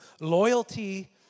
Loyalty